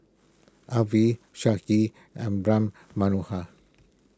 Arvind Sudhir and Ram Manohar